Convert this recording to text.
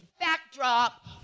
backdrop